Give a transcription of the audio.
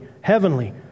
heavenly